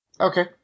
Okay